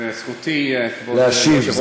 וזכותי, כבוד היושב-ראש, להשיב.